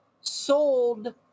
sold